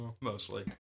Mostly